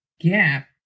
gap